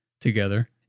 together